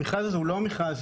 המכרז אינו פשוט,